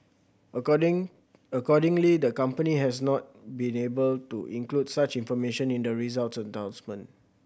according accordingly the company has not been able to include such information in the results announcement